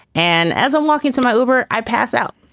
and as i'm walking to my uber, i pass out.